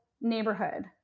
neighborhood